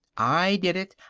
i did it.